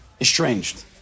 estranged